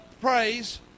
praise